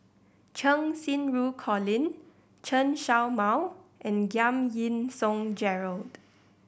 Cheng Xinru Colin Chen Show Mao and Giam Yean Song Gerald